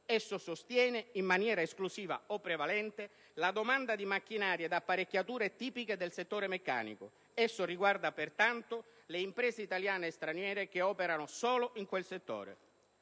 Essa sostiene in maniera esclusiva o prevalente la domanda di macchinari ed apparecchiature tipiche del settore meccanico e riguarda, pertanto, le imprese italiane e straniere che operano solo in quel settore.